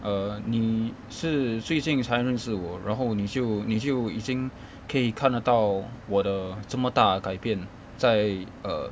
err 你是最近才认识我然后你就你就已经可以看得到我的这么大改变在 err